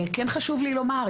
כן חשוב לי לומר,